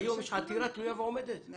שכיום יש עתירה תלויה ועומדת על